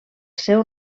seu